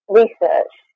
research